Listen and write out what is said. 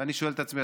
ואני שואל את עצמי,